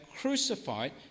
crucified